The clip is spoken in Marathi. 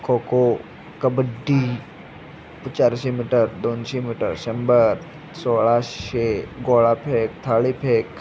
खोखो कबड्डी चारशे मीटर दोनशे मीटर शंभर सोळाशे गोळाफेक थाळीफेक